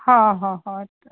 हा हा हा त